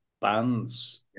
bands